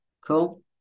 Cool